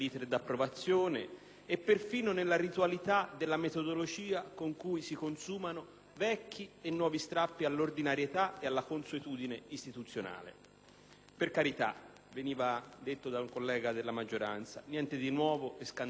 e perfino nella ritualità della metodologia con cui si consumano vecchi e nuovi strappi all'ordinarietà e alla consuetudine istituzionale. Per carità, come veniva detto da un collega della maggioranza, niente di nuovo e scandaloso, se non